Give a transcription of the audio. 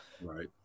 right